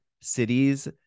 cities